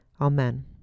amen